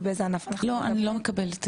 כל פעם אני שואלת שאלה את אומרת טוב,